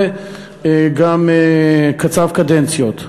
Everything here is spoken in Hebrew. וגם קצבו קדנציות.